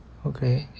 okay